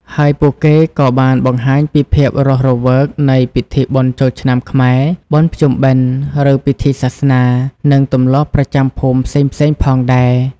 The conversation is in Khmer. ហើយពួកគេក៏បានបង្ហាញពីភាពរស់រវើកនៃ ពិធីបុណ្យចូលឆ្នាំខ្មែរ បុណ្យភ្ជុំបិណ្ឌ ឬពិធីសាសនា និងទម្លាប់ប្រចាំភូមិផ្សេងៗផងដែរ។